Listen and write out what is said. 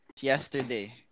yesterday